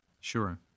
sure